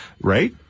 Right